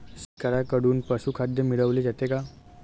शेळ्यांकडून पशुखाद्य मिळवले जाते का?